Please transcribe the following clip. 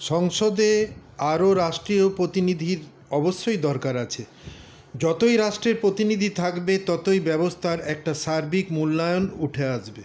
সংসদে আরও রাষ্ট্রীয় প্রতিনিধির অবশ্যই দরকার আছে যতই রাষ্ট্রের প্রতিনিধি থাকবে ততই ব্যবস্থার একটা সার্বিক মূল্যায়ন উঠে আসবে